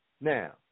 Now